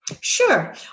Sure